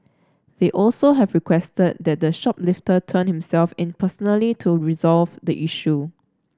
they also have requested that the shoplifter turn himself in personally to resolve the issue